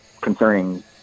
concerning